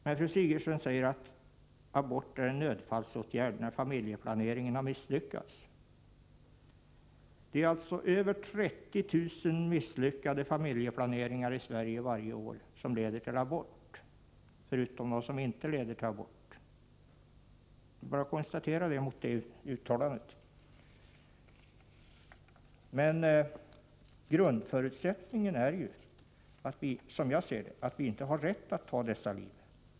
Fru Sigurdsen sade att abort är en nödfallsåtgärd när familjeplaneringen har misslyckats. Det är alltså över 30 000 misslyckade familjeplaneringar i Sverige varje år som leder till abort, förutom dem som inte leder till abort — jag bara konstaterar det. Grundförutsättningen är, som jag ser det, att vi inte har rätt att ta dessa liv.